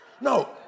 No